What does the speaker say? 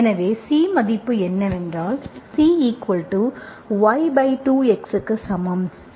எனவே C மதிப்பு என்னவென்றால் C Cy2x க்கு சமம்